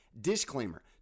disclaimer